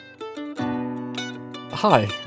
Hi